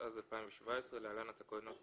התשע"ט-2018 אנחנו עוברים לתקנות הבאות.